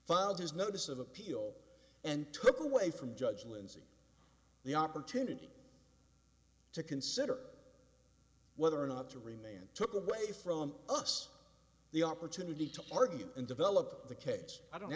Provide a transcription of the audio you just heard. his notice of appeal and took away from judge lindsey the opportunity to consider whether or not to remain and took away from us the opportunity to argue and develop the case i don't know